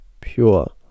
pure